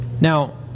Now